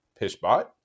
Pishbot